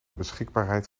beschikbaarheid